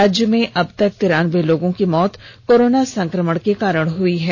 राज्य में अब तक तिरानबे लोगों की मौत कोरोना संक्रमण के कारण हई है